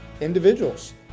individuals